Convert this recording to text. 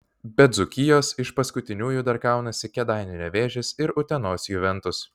be dzūkijos iš paskutiniųjų dar kaunasi kėdainių nevėžis ir utenos juventus